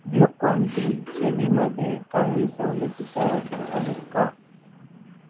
Glucon D श्रेणीमध्ये काही सवलतीच्या वस्तू आहेत का